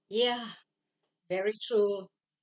ya very true